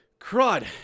Crud